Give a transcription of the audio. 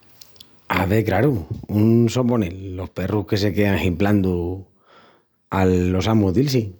Ave, craru, un soponel: los perrus que se quean himplandu al los amus dil-si.